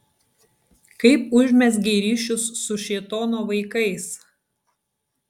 kaip užmezgei ryšius su šėtono vaikais